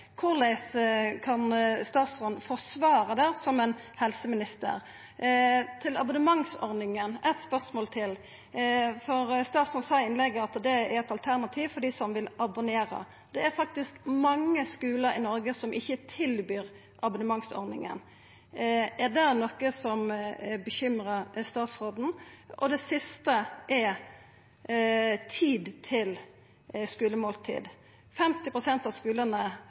Korleis kan statsråden som helseminister forsvara det? Eit spørsmål til om abonnementsordninga: Statsråden sa i innlegget at dette er eit alternativ for dei som vil abonnera. Det er faktisk mange skular i Noreg som ikkje tilbyr abonnementsordninga. Er det noko som bekymrar statsråden? Det siste gjeld tid til skulemåltid: 50 pst. av skulane